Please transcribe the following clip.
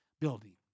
building